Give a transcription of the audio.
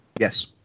Yes